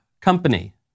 company